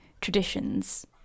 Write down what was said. traditions